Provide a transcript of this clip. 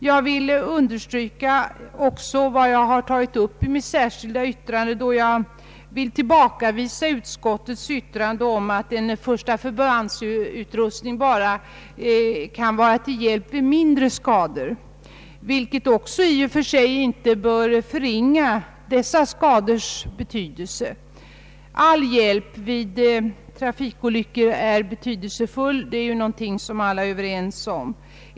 Jag vill understryka vad jag har sagt i mitt särskilda yttrande, där jag vill tillbakavisa utskottets uttalande att en utrustning med första förband bara kan vara till hjälp vid mindre skador — vilket inte i och för sig bör förringa dessa skadors betydelse. All hjälp vid trafikolyckor är betydelsefull, det är alla överens om.